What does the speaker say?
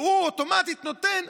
והוא אוטומטית נותן,